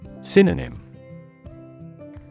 Synonym